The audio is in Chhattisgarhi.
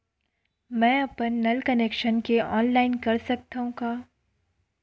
मैं अपन नल कनेक्शन के ऑनलाइन कर सकथव का?